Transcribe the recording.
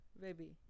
Baby